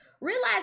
realize